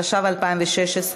התשע"ו 2016,